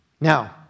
Now